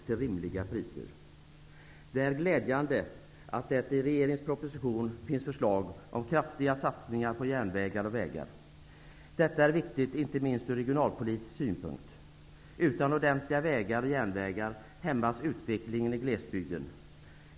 Det är glädjande att det i regeringens proposition finns förslag om kraftiga satsningar på järnvägar och vägar. Detta är viktigt inte minst ur regionalpolitisk synpunkt. Utan ordentliga vägar och järnvägar hämmas utvecklingen i glesbygden.